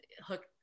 hook